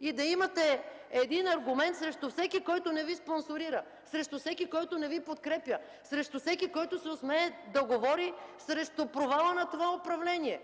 и да имате един аргумент срещу всеки, който не Ви спонсорира, срещу всеки, който не Ви подкрепя, срещу всеки, който се осмели да говори срещу провала на това управление.